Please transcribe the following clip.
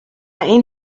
این